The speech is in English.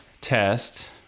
test